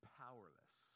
powerless